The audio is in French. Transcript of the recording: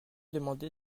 demandé